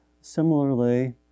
similarly